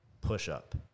push-up